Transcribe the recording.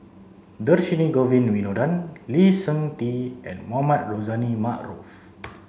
Dhershini Govin Winodan Lee Seng Tee and Mohamed Rozani Maarof